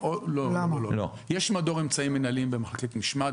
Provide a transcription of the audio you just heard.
יש מדור אמצעים מינהליים במחלקת משמעת.